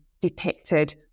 depicted